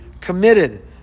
committed